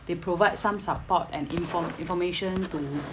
they provide some support and inform information to